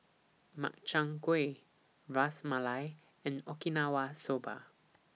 Makchang Gui Ras Malai and Okinawa Soba